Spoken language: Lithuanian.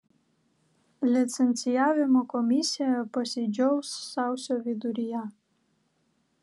licencijavimo komisija posėdžiaus sausio viduryje